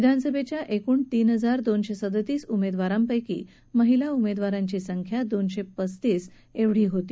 विधानसभेच्या एकूण तीन हजार दोनशे सदतीस उमेदवारांपैकी महिला उमेदवारांची संख्या दोनशे पस्तीस एवढी होती